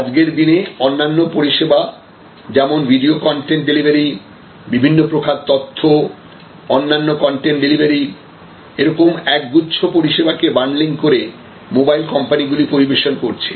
আজকের দিনে অন্যান্য পরিষেবা যেমন ভিডিও কনটেন্ট ডেলিভারি বিভিন্ন প্রকার তথ্য অন্যান্য কনটেন্ট ডেলিভারি এরকম একগুচ্ছ পরিষেবাকে বান্ডলিং করে মোবাইল কোম্পানিগুলি পরিবেশন করছে